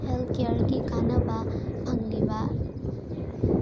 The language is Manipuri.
ꯍꯦꯜꯊ ꯀꯦꯌꯔꯒꯤ ꯀꯥꯟꯅꯕ ꯐꯪꯂꯤꯕ